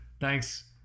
Thanks